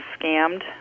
scammed